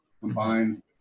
combines